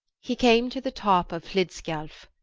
he came to the top of hlidskjalf.